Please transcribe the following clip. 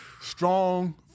Strong